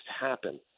happen